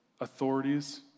authorities